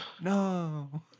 No